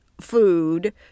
food